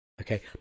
Okay